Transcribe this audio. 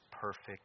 perfect